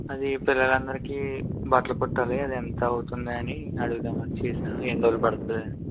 అది పిల్లందరికి బట్లు కుట్టాలి అది ఎంతవుతుంది అని అడుగుదామని చేశాను ఎన్ని రోజులు పడుతుందని